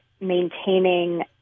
maintaining